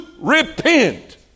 repent